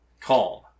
Calm